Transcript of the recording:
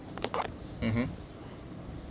mmhmm